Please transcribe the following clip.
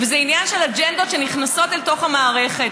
וזה עניין של אג'נדות שנכנסות אל תוך המערכת.